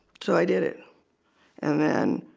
so i did it and then